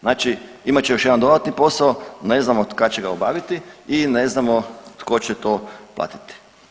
Znači imat će još jedan dodatni posao, ne znamo kad će ga obaviti i ne znamo tko će to platiti.